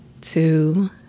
Two